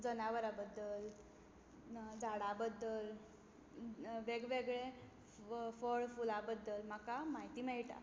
जनावरां बद्दल झाडां बद्दल वेग वेगले फळ फुलां बद्दल म्हाका म्हायती मेळटा